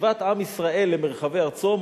שיבת עם ישראל למרחבי ארצו,